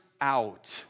out